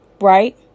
right